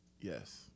Yes